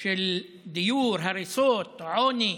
של דיור, הריסות, עוני,